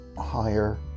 higher